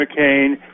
McCain